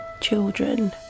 children